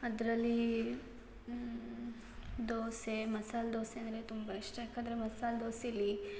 ಅದರಲ್ಲಿ ದೋಸೆ ಮಸಾಲೆ ದೋಸೆ ಅಂದರೆ ತುಂಬ ಇಷ್ಟ ಯಾಕಂದರೆ ಮಸಾಲೆ ದೋಸೆಯಲ್ಲಿ